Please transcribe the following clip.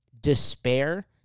despair